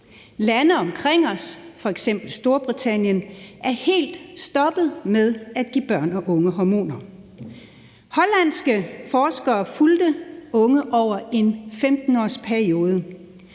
Lande omkring os, f.eks. Storbritannien, er helt stoppet med at give børn og unge hormoner. Hollandske forskere har fulgt unge over en 15-årsperiode,